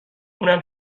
اونم